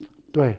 对